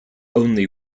only